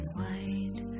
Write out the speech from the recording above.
white